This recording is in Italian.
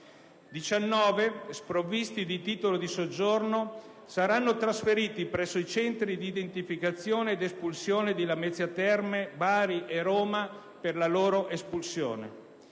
19, sprovvisti di titolo di soggiorno, saranno trasferiti presso i centri di identificazione ed espulsione di Lamezia Terme, Bari e Roma per la loro espulsione.